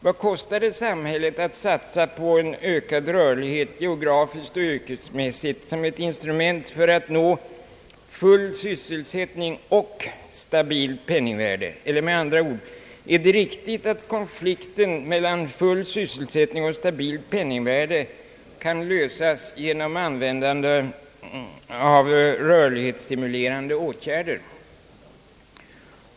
Vad kostar det samhället att satsa på en ökad rörlighet, geografiskt och yrkesmässigt, som ett instrument för att nå full sysselsättning och stabilt penningvärde? Eller med andra ord: Är det riktigt att konflikten mellan full sysselsättning och stabilt penningvärde skall lösas genom användande av rörlighetsstimulerande åtgärder?